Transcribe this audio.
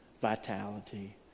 vitality